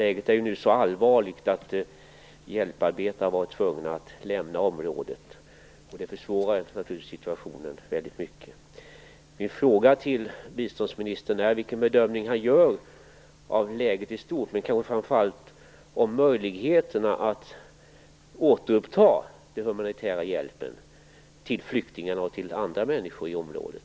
Läget är nu så allvarligt att hjälparbetare har varit tvungna att lämna området, och det försvårar naturligtvis situationen väldigt mycket. Min fråga till biståndsministern är vilken bedömning han gör av läget i stort, men kanske framför allt av möjligheterna att återuppta den humanitära hjälpen till flyktingarna och till andra människor i området.